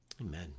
Amen